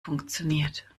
funktioniert